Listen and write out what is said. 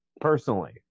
personally